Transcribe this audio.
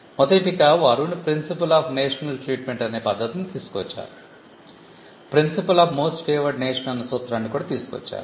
మొదటిగా వారు principle of national treatment అనే పద్ధతిని తీసుకువచ్చారు principle of most favored nation అన్న సూత్రాన్ని కూడా తీసుకువచ్చారు